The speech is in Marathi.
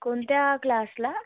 कोणत्या क्लासला